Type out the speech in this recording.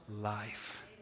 life